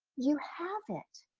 you have it.